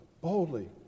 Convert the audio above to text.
Boldly